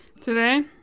Today